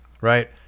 right